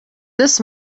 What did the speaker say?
this